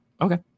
Okay